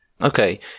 Okay